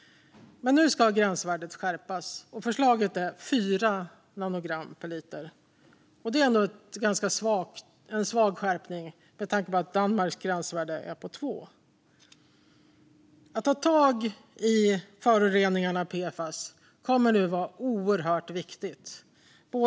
Men nu ska gränsvärdet sänkas. Förslaget är 4 nanogram per liter. Det är ändå en ganska svag skärpning, med tanke på att Danmarks gränsvärde är 2 nanogram. Att ta tag i föroreningarna av PFAS kommer nu att vara oerhört viktigt.